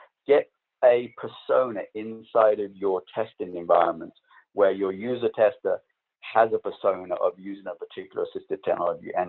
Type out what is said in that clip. get a persona inside of your testing environment where your user tester has a persona of using a particular assistive technology, and